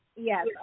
Yes